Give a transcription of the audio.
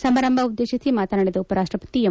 ಸಮಾರಂಭ ಉದ್ದೇಶಿಸಿ ಮಾತನಾಡಿದ ಉಪರಾಷ್ಲಪತಿ ಎಂ